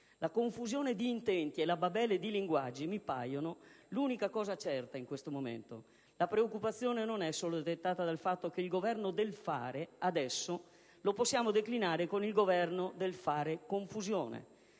La confusione di intenti e la babele di linguaggi mi paiono l'unica cosa certa in questo momento. La preoccupazione non è solo dettata dal fatto che il Governo del "fare" adesso lo possiamo declinare con il Governo del "fare... confusione",